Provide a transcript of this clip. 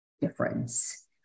difference